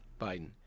Biden